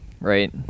right